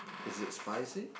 is it spicy